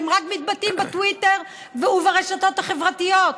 הם רק מתבטאים בטוויטר וברשתות החברתיות.